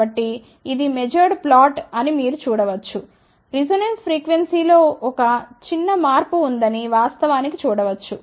కాబట్టి ఇది measured plot అని మీరు చూడవచ్చు రిసొనెన్స్ ఫ్రీక్వెన్సీ లో ఒక చిన్న మార్పు ఉందని వాస్తవానికి చూడవచ్చు